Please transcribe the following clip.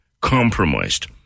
compromised